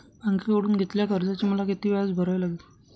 बँकेकडून घेतलेल्या कर्जाचे मला किती व्याज भरावे लागेल?